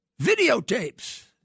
Videotapes